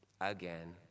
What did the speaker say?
Again